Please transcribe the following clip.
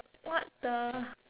what the